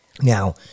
now